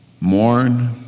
Mourn